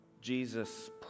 Jesus